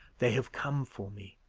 they have come for me,